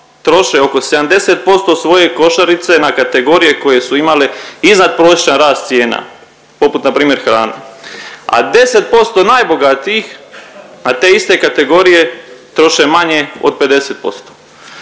troše oko 70% svoje košarice na kategorije koje su imale iznadprosječan rast cijena poput npr. hrane, a 10% najbogatijih na te iste kategorije troše manje od 50%.